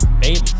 baby